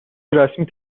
رسمی